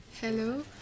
Hello